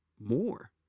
more